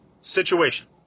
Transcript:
situation